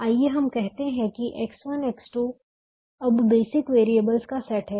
आइए हम कहते हैं कि X1 X2 अब बेसिक वैरियेबल्स का सेट है